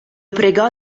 pregò